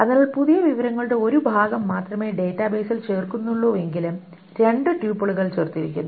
അതിനാൽ പുതിയ വിവരങ്ങളുടെ ഒരു ഭാഗം മാത്രമേ ഡാറ്റാബേസിൽ ചേർക്കുന്നുള്ളൂവെങ്കിലും രണ്ട് ട്യൂപ്പിളുകൾ ചേർത്തിരിക്കുന്നു